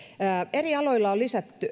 eri aloilla on lisäksi